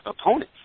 opponents